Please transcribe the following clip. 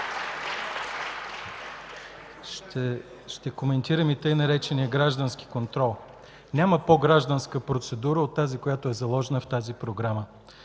Ще коментирам и така наречения „граждански контрол”. Няма по-гражданска процедура от тази, която е заложена в програмата.